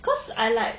cause I like